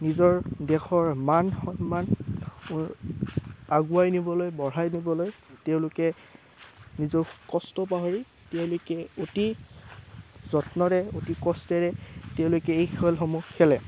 নিজৰ দেশৰ মান সন্মান আগুৱাই নিবলৈ বঢ়াই নিবলৈ তেওঁলোকে নিজৰ কষ্ট পাহৰি তেওঁলোকে অতি যত্নৰে অতি কষ্টেৰে তেওঁলোকে এই খেলসমূহ খেলে